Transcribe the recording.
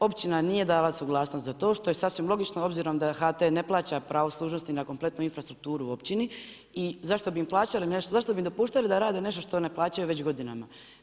Općina nije dala suglasnost za to što je sasvim logično obzirom da HT ne plaća pravo služnosti na kompletnu infrastrukturu općini i zašto bi im plaćali nešto, zašto bi im dopuštali da rade nešto što ne plaćaju već godinama.